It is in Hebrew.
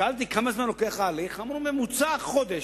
שאלתי כמה זמן לוקח ההליך, ואמרו: בממוצע חודש.